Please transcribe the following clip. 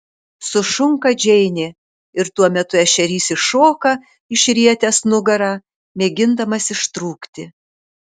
sušunka džeinė ir tuo metu ešerys iššoka išrietęs nugarą mėgindamas ištrūkti